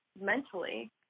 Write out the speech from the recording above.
mentally